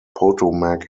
potomac